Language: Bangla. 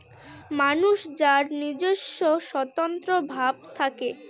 মানুষ যার নিজস্ব স্বতন্ত্র ভাব থাকে